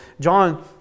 John